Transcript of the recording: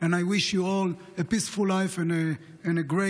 and I wish you all a peaceful life and a great